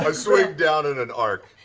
ah swing down in an arc